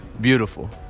Beautiful